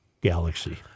galaxy